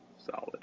Solid